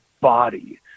body